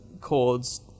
chords